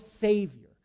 Savior